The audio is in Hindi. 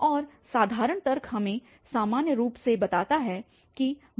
और साधारण तर्क हमें सामान्य रूप से बता सकता है कि ek